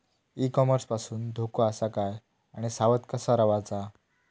E commerce पासून धोको आसा काय आणि सावध कसा रवाचा?